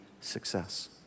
success